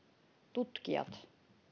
tutkijat